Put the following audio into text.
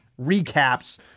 recaps